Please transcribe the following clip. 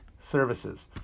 services